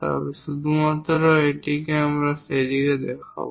তবে শুধুমাত্র আমরা এটিকে সেই দিকে দেখাব